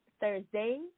Thursday